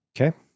Okay